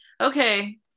okay